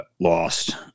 lost